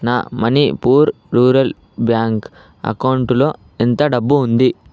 నా Manipur rural bank అకౌంటులో ఎంత డబ్బు ఉంది